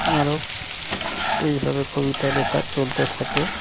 আরও এইভাবে কবিতা লেখা চলতে থাকে